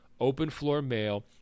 Openfloormail